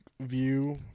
View